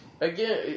Again